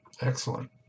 Excellent